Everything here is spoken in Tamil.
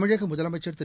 தமிழக முதலமைச்சர் திரு